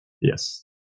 Yes